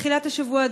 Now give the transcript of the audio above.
בתחילת השבוע,